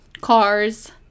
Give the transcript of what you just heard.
cars